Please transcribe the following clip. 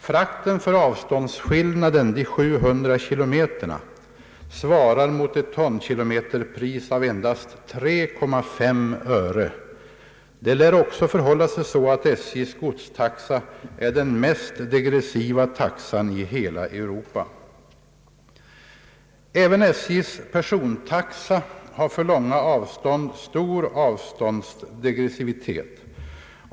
Frakten för avståndsskillnaden, 700 kilometer, betingar ett tonkilometerpris av endast 3,5 öre. Det lär också förhålla sig så att SJ:s godstaxa är den mest degressiva taxan i hela Europa. Även SJ:s persontaxa har för långa avstånd stor degressivitet.